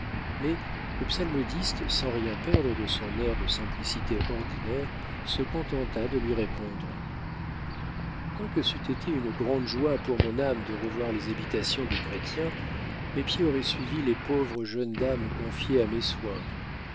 mais le psalmodiste sans rien perdre de son air de simplicité ordinaire se contenta de lui répondre quoique c'eût été une grande joie pour mon âme de revoir les habitations des chrétiens mes pieds auraient suivi les pauvres jeunes dames confiées à mes soins